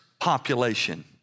population